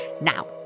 Now